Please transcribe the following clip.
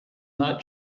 not